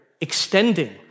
extending